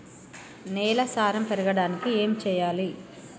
నేల సారం పెరగడానికి ఏం చేయాలి?